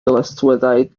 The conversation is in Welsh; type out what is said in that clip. dyletswyddau